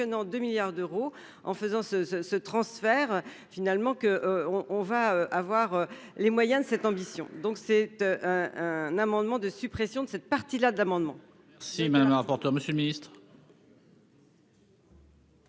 en faisant ce ce ce transfert finalement que on on va avoir les moyens de cette ambition, donc c'est un amendement de suppression de cette partie là de l'amendement.